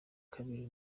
kabiri